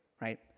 right